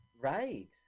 Right